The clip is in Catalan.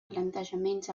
plantejaments